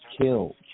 killed